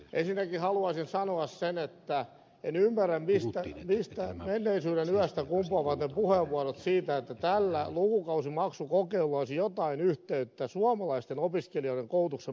ensinnäkin haluaisin sanoa sen että en ymmärrä mistä menneisyyden yöstä kumpuavat ne puheenvuorot siitä että tällä lukukausimaksukokeilulla olisi jotain yhteyttä suomalaisten opiskelijoiden koulutuksen maksuttomuuteen